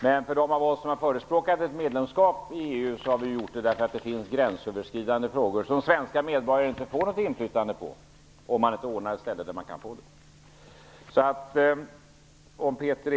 Men vi som har förespråkat ett medlemskap i EU har gjort det därför att det finns gränsöverskridande frågor, som svenska medborgare inte får något inflytande på, om man inte ordnar ett ställe där man kan få det.